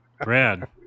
Brad